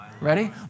Ready